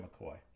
McCoy